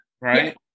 right